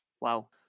Wow